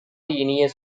இனிய